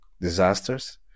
disasters